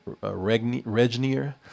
Regnier